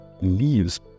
leaves